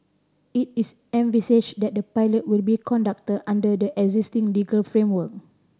it is envisaged that the pilot will be conducted under the existing legal framework